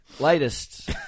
Latest